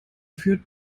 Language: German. führt